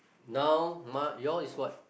now ma~ your is what